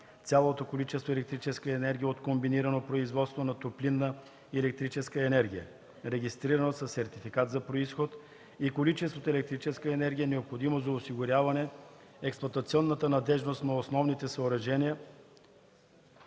цялото количество електрическа енергия от комбинирано производство на топлинна и електрическа енергия, регистрирано със сертификат за произход, и количеството електрическа енергия, необходимо за осигуряване експлоатационната надеждност на основните съоръжения,